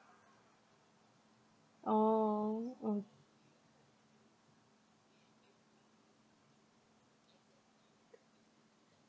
oh um